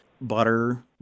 butter